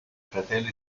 fratello